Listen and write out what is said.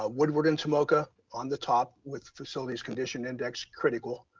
ah woodward and tomoka on the top with facilities, condition index critical.